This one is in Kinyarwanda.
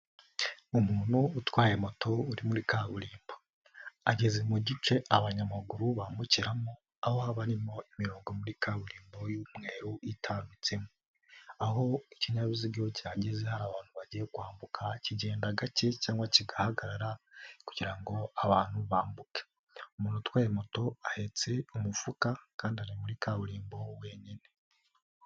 Umuntu utwaye moto uri muri kaburimbo, ageze mu gice abanyamaguru bambukiramo aho ha barimo imirongo muri kaburimbo y'umweru itambitsemo, aho ikinyabiziga cyageze hari abantu bagiye kwambuka kigenda gake cyangwa kigahagarara kugira abantu bambuke, umuntu utwaye moto ahetse umufuka kandi ari muri kaburimbo wenyine.